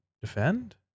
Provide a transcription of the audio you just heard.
defend